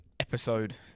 episode